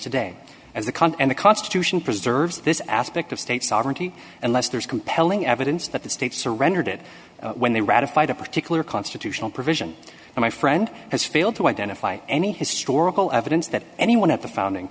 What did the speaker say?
country and the constitution preserves this aspect of state sovereignty unless there is compelling evidence that the states surrendered it when they ratified a particular constitutional provision and my friend has failed to identify any historical evidence that anyone at the founding